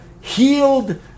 Healed